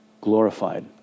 glorified